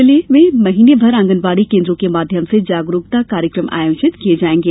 जिले में महीने भर आगनवाड़ी केन्द्रों के माध्यम से जागरूकता कार्यक्रम आयोजित किये जाएंगे